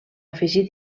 afegir